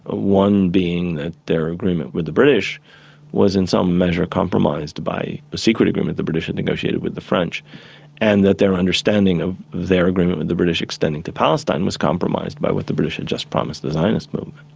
ah one being that their agreement with the british was in some measure compromised by the secret agreement the british had negotiated with the french and that their understanding of their agreement with the british extending to palestine was compromised by what the british had just promised the zionist movement.